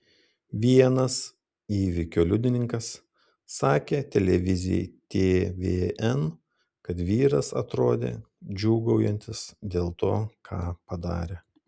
vienas įvykio liudininkas sakė televizijai tvn kad vyras atrodė džiūgaujantis dėl to ką padarė